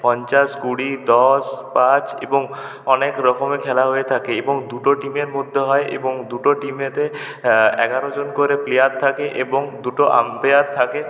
পঞ্চাশ কুড়ি দশ পাঁচ এবং অনেক রকমের খেলা হয়ে থাকে এবং দুটো টিমের মধ্যে হয় এবং দুটো টিমেতে এগারো জন করে প্লেয়ার থাকে এবং দুটো আম্পায়ার থাকে